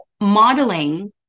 modeling